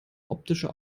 optische